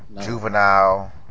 Juvenile